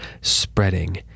spreading